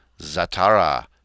Zatara